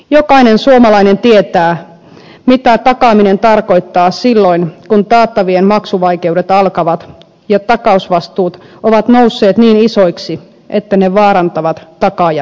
jokainen suomalainen tietää mitä takaaminen tarkoittaa silloin kun taattavien maksuvaikeudet alkavat ja takausvastuut ovat nousseet niin isoiksi että ne vaarantavat takaajan talouden